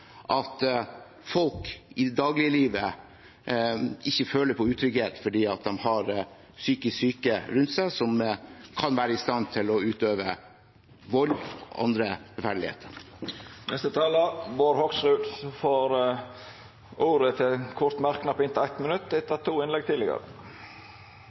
at folk i dagliglivet ikke føler på utrygghet fordi de har psykisk syke rundt seg som kan være i stand til å utøve vold og andre forferdeligheter. Representanten Bård Hoksrud har hatt ordet to gonger tidlegare og får ordet til ein kort merknad, avgrensa til 1 minutt.